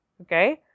Okay